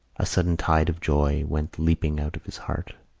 a sudden tide of joy went leaping out of his heart.